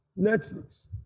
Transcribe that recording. Netflix